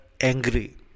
angry